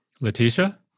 Letitia